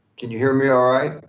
can you hear me all right?